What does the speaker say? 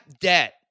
debt